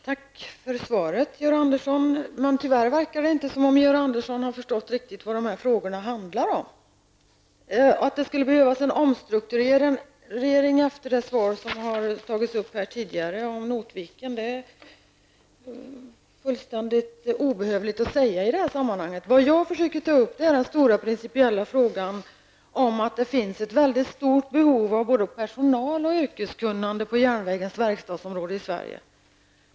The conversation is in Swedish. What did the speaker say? Herr talman! Tack för svaret, Georg Andersson. Tyvärr verkar det som att Georg Andersson inte riktigt har förstått vad dessa frågor handlar om. Enligt det svar som har givits här tidigare är det fullständigt obehövligt att säga i detta sammanhang att det skulle behövas en omstrukturering av Jag försöker ta upp den stora principiella frågan om att det finns ett väldigt stort behov av både personal och yrkeskunnande på SJs verkstadsområde i Sverige.